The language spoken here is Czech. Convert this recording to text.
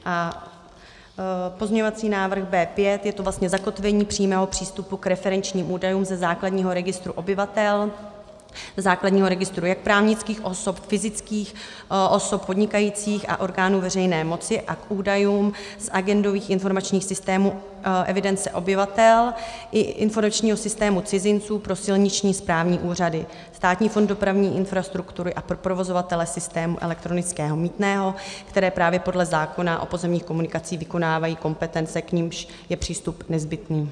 Pozměňovací návrh B5, je to vlastně zakotvení přímého přístupu k referenčním údajům ze základního registru obyvatel, základního registru jak právnických osob, fyzických osob podnikajících a orgánů veřejné moci a k údajům z agendových informačních systémů evidence obyvatel i informačního systému cizinců pro silniční správní úřady, Státní fond dopravní infrastruktury a pro provozovatele systému elektronického mýtného, které právě podle zákona o pozemních komunikacích vykonávají kompetence, k nímž je přístup nezbytný.